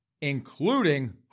including